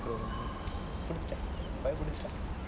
first step tiny first step